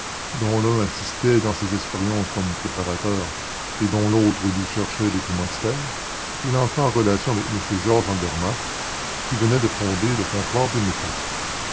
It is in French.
dont l'un l'assistait dans ses expériences comme préparateur et dont l'autre lui cherchait des commanditaires il entra en relations avec h georges andermatt qui venait de fonder le comptoir des métaux